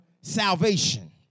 salvation